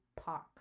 Park